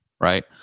right